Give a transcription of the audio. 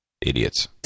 Idiots